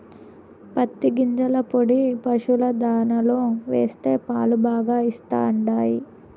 పత్తి గింజల పొడి పశుల దాణాలో వేస్తే పాలు బాగా ఇస్తండాయి